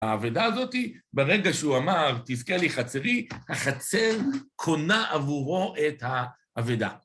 האבידה הזאת, ברגע שהוא אמר תזכה לי חצרי, החצר קונה עבורו את האבידה.